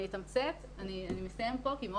איזה